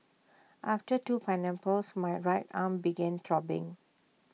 after two pineapples my right arm began throbbing